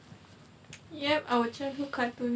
yup our childhood cartoon